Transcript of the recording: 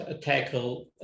tackle